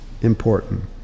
important